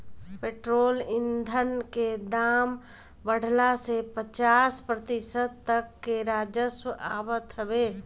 petrol ईधन के दाम बढ़ला से पचास प्रतिशत तक ले राजस्व आवत हवे